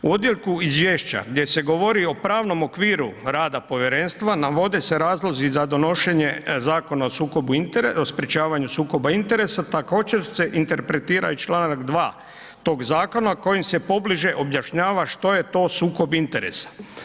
U odjeljku izvješća, gdje se govori o pravnom okviru rada povjerenstva, navode se razlozi za donošenje Zakona o sprječavanju sukoba interesa, također se interpretira i čl. 2 tog zakona kojim se pobliže objašnjava što je to sukob interesa.